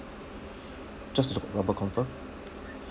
just to double confirm